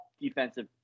defensive